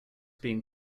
being